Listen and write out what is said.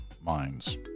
minds